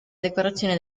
decorazione